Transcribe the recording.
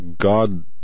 God